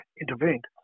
intervened